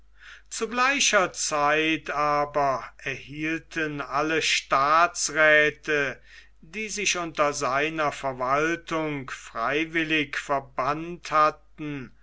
zu gleicher zeit aber erhielten alle staatsräthe die sich unter seiner verwaltung freiwillig verbannt hatten